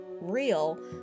real